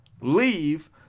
leave